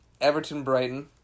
Everton-Brighton